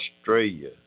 Australia